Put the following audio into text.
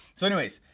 so anyways,